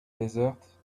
desert